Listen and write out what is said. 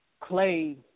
clay